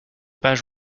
pages